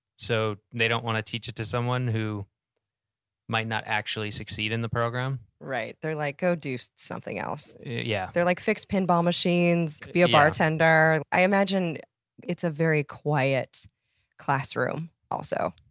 so they don't want to teach it to someone who might not actually succeed in the program. right, they're like, go do so something else. yeah like fix pinball machines. be a bartender. i imagine it's a very quiet classroom, also?